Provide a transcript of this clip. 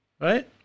Right